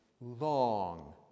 long